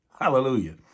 Hallelujah